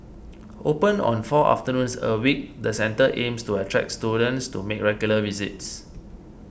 open on four afternoons a week the centre aims to attract students to make regular visits